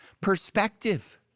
perspective